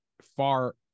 far